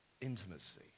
intimacy